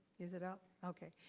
is it up, okay.